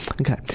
Okay